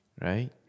Right